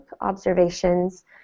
observations